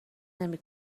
نمی